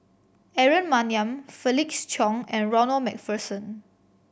Aaron Maniam Felix Cheong and Ronald Macpherson